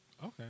Okay